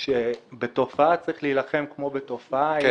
בתופעה צריך להילחם כמו בתופעה - אם